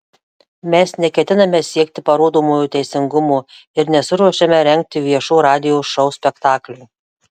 mes neketiname siekti parodomojo teisingumo ir nesiruošiame rengti viešų radijo šou spektaklių